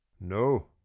no